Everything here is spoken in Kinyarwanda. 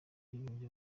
bwigunge